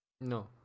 No